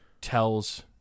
tells